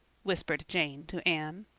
whispered jane to anne.